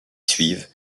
suivent